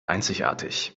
einzigartig